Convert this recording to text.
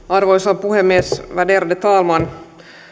arvoisa puhemies värderade talman ajattelin